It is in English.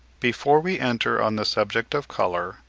before we enter on the subject of colour,